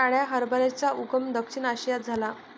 काळ्या हरभऱ्याचा उगम दक्षिण आशियात झाला